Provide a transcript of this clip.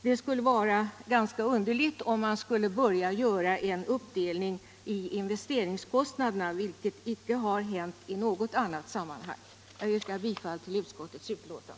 Det skulle däremot vara underligt om man skulle börja göra en uppdelning av investeringskostnader, vilket icke har hänt i något annat liknande sammanhang. Jag yrkar bifall till utskottets hemställan.